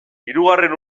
hirugarren